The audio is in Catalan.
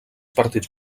partits